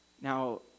Now